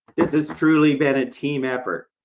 this has truly been a team effort.